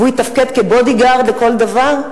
והוא יתפקד כ-bodyguard לכל דבר?